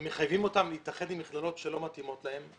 הם מחייבים אותם להתאחד עם מכללות שלא מתאימות להם.